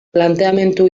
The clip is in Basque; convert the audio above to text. planteamendu